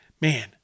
man